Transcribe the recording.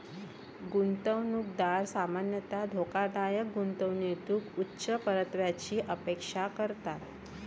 गुंतवणूकदार सामान्यतः धोकादायक गुंतवणुकीतून उच्च परताव्याची अपेक्षा करतात